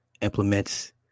implements